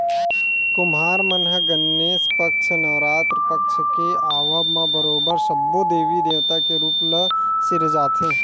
कुम्हार मन ह गनेस पक्छ, नवरात पक्छ के आवब म बरोबर सब्बो देवी देवता के रुप ल सिरजाथे